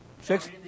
six